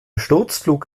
sturzflug